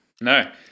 No